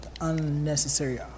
unnecessary